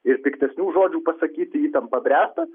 ir piktesnių žodžių pasakyti įtampa bręsta